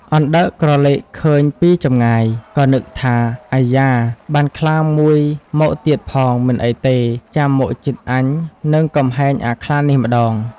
អណ្ដើកក្រឡេកឃើញពីចម្ងាយ ក៏នឹកថា "អៃយ៉ា! បានខ្លាមួយមកទៀតផង មិនអីទេ ចាំមកជិតអញនឹងកំហែងអាខ្លានេះម្តង"។